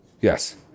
Yes